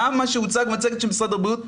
גם מה שהוצג במצגת של משרד הבריאות,